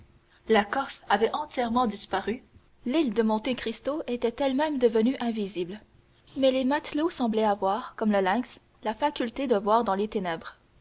la corse avait entièrement disparu l'île de monte cristo était elle-même devenue invisible mais les matelots semblaient avoir comme le lynx la faculté de voir dans les ténèbres